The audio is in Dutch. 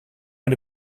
met